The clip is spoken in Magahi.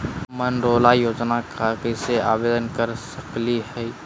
हम मनरेगा योजना ला कैसे आवेदन कर सकली हई?